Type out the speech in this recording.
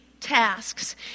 tasks